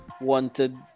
wanted